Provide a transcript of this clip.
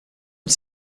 une